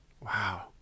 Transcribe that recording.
Wow